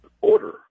order